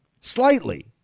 Slightly